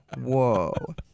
Whoa